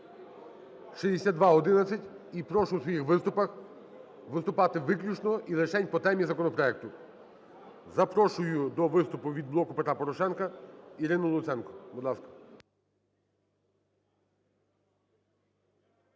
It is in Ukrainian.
6211, і прошу в своїх виступах виступати виключно і лишень по темі законопроекту. Запрошую до виступу від "Блоку Петра Порошенка" Ірину Луценко, будь ласка.